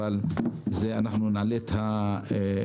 אבל אנחנו נעלה את ההצעה,